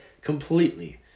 completely